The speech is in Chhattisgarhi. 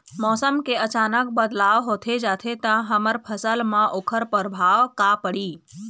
मौसम के अचानक बदलाव होथे जाथे ता हमर फसल मा ओकर परभाव का पढ़ी?